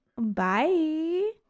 Bye